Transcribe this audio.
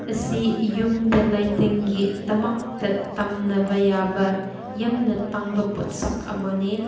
ꯑꯁꯤ ꯌꯨꯝꯗ ꯂꯩꯇꯦꯡꯒꯤꯗꯃꯛꯇ ꯊꯝꯅꯕ ꯌꯥꯕ ꯌꯥꯝꯅ ꯇꯥꯡꯕ ꯄꯣꯠꯁꯛ ꯑꯃꯅꯦ